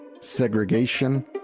segregation